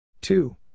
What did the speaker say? two